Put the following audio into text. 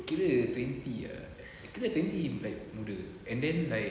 kira twenty ah kira twenty is like muda and then like